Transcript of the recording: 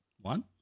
One